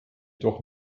doch